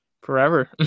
forever